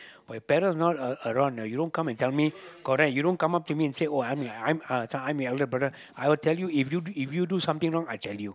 but parents not a around ah you don't come and tell me correct you don't come up to me and say oh I'm I'm uh this one I'm your elder brother I will tell you if you if you do something wrong I tell you